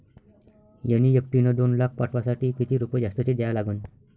NEFT न दोन लाख पाठवासाठी किती रुपये जास्तचे द्या लागन?